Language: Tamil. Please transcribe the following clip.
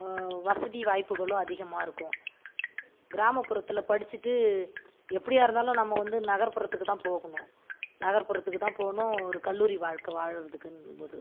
வசதி வாய்ப்புகளும் அதிகமாக இருக்கும் கிராமபுறத்தில் படிச்சுட்டு எப்படியாருந்தாலும் நம்ம வந்து நகர்புறத்துக்கு தான் போகணும் நகர்புறத்துக்கு தான் போகணும் ஒரு கல்லூரி வாழ்க்கை வாழறதுக்குன் போது